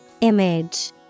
Image